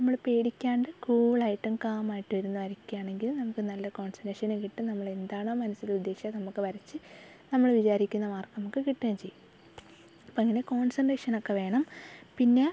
നമ്മൾ പേടിക്കാണ്ട് കൂളായിട്ടും കാമായിട്ടും ഇരുന്ന് വരയ്ക്കാണെങ്കിൽ നമുക്ക് നല്ല കോൺസൻറ്റ്റേഷനും കിട്ടും നമ്മൾ എന്താണോ മനസ്സിൽ ഉദ്ദേശിച്ചത് നമുക്ക് വരച്ച് നമ്മൾ വിചാരിക്കുന്ന മാർക്ക് നമുക്ക് കിട്ടുകയും ചെയ്യും അപ്പോൾ അങ്ങനെ കോൺസൻറ്റ്റേഷനൊക്കെ വേണം പിന്നെ